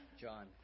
John